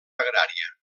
agrària